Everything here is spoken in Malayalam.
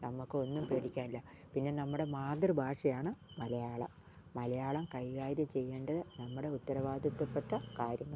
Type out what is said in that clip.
നമുക്ക് ഒന്നും പേടിക്കാനില്ല പിന്നെ നമ്മുടെ മാതൃഭാഷയാണ് മലയാളം മലയാളം കൈകാര്യം ചെയ്യേണ്ടത് നമ്മുടെ ഉത്തരവാദിത്തപ്പെട്ട കാര്യങ്ങളാണ്